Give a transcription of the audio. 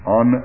on